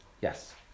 yes